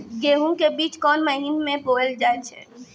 गेहूँ के बीच कोन महीन मे बोएल जाए?